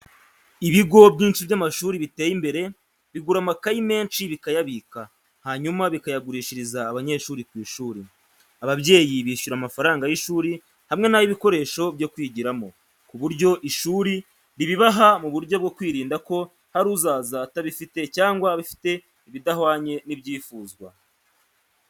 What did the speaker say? Ibigo byinshi by’amashuri biteye imbere bigura amakayi menshi bikayabika, hanyuma bikayagurishiriza abanyeshuri ku ishuri. Ababyeyi bishyura amafaranga y’ishuri hamwe n’ay’ibikoresho byo kwigiramo, ku buryo ishuri ribibaha mu buryo bwo kwirinda ko hari uzaza atabifite cyangwa afite ibidahwanye n’ibyifuzwa.